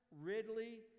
Ridley